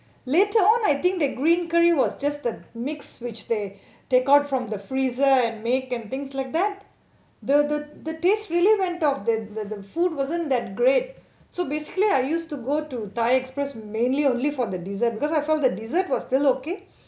later on I think the green curry was just a mix which they they got from the freezer and make and things like that the the the taste really went off the the food wasn't that great so basically I used to go to thai express mainly only for the dessert because I felt the dessert was still okay